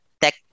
tech